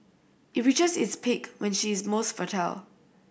it reaches its peak when she is most fertile